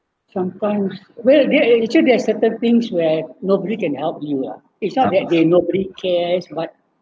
sometimes where eh did you there's certain things where nobody can help you ah is not that nobody cares what